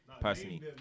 Personally